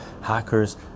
hackers